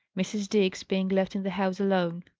mrs. diggs being left in the house alone.